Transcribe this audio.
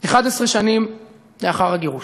11 שנים לאחר הגירוש.